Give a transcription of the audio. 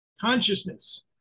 consciousness